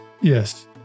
Yes